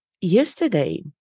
Yesterday